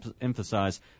emphasize